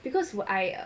because I